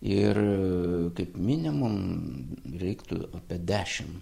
ir kaip minimum reiktų apie dešim